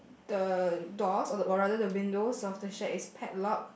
the doors or or rather the windows of the shack is pad lock